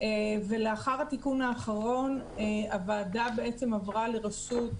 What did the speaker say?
ולאחר התיקון האחרון הוועדה עברה לראשות